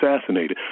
assassinated